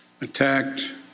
attacked